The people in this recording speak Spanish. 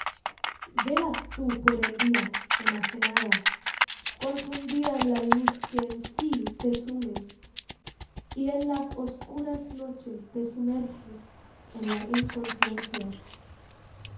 velas tú por el día enajenada confundida en la luz que en sí te sume y en las oscuras noches te sumerges en la inconciencia más